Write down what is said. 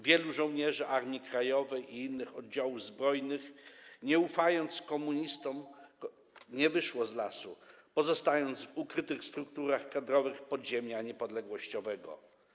Wielu żołnierzy Armii Krajowej i innych oddziałów zbrojnych nie ufając komunistom, nie wyszło z lasu, pozostając w ukrytych strukturach kadrowych podziemia niepodległościowego.